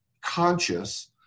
conscious